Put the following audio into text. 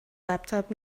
laptop